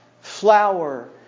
flower